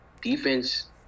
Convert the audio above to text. defense